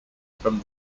from